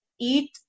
eat